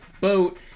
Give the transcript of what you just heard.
boat